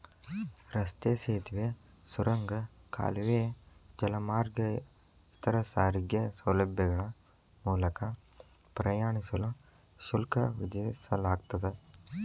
ರಸ್ತೆ ಸೇತುವೆ ಸುರಂಗ ಕಾಲುವೆ ಜಲಮಾರ್ಗ ಇತರ ಸಾರಿಗೆ ಸೌಲಭ್ಯಗಳ ಮೂಲಕ ಪ್ರಯಾಣಿಸಲು ಶುಲ್ಕ ವಿಧಿಸಲಾಗ್ತದ